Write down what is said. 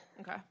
Okay